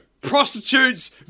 prostitutes